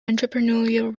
entrepreneurial